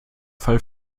fall